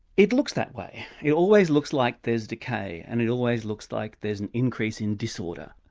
it looks that way. it always looks like there's decay and it always looks like there's an increase in disorder.